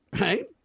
right